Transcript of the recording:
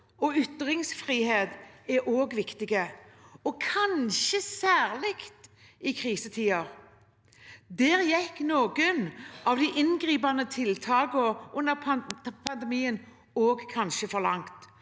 og ytringsfrihet, er også viktige, og kanskje særlig i krisetider. Der gikk noen av de inngripende tiltakene under pandemien kanskje også for langt,